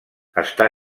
està